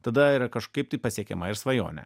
tada yra kažkaip tai pasiekiama ir svajonė